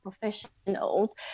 professionals